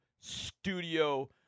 Studio